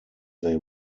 they